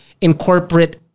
incorporate